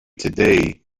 today